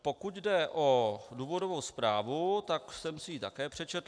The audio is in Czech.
Pokud jde o důvodovou zprávu, tak jsem si ji také přečetl.